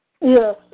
Yes